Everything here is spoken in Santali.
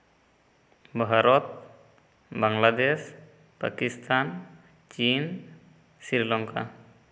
ᱵᱷᱟᱨᱚᱛ ᱵᱟᱝᱞᱟᱫᱮᱥ ᱯᱟᱠᱤᱥᱛᱷᱟᱱ ᱪᱤᱱ ᱥᱨᱤᱞᱚᱝᱠᱟ